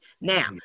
Now